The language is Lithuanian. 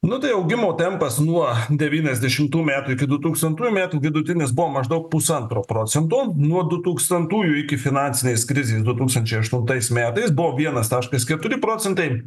nu tai augimo tempas nuo devyniasdešimtų metų iki du tūkstantųjų metų vidutinis buvo maždaug pusantro procento nuo du tūkstantųjų iki finansinės krizės du tūkstančiai aštuntais metais buvo vienas taškas keturi procentai